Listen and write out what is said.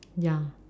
ya